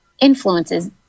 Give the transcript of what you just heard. influences